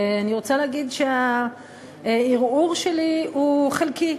אני רוצה להגיד שהערעור שלי הוא חלקי.